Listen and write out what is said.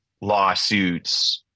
lawsuits